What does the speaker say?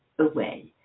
away